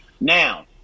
Now